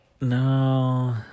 No